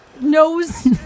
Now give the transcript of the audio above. nose